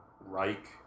Reich